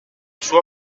sua